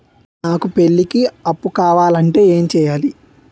నాకు పెళ్లికి అప్పు కావాలంటే ఏం చేయాలి?